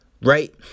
Right